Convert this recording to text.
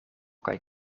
kaj